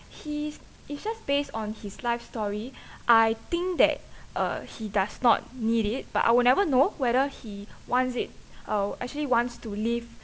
he's it's just based on his life story I think that uh he does not need it but I will never know whether he wants it uh actually wants to live